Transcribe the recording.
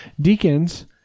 Deacons